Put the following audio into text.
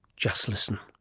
just listen.